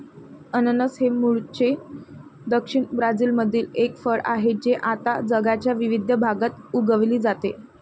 अननस हे मूळचे दक्षिण ब्राझीलमधील एक फळ आहे जे आता जगाच्या विविध भागात उगविले जाते